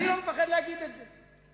אני לא מפחד להגיד את זה.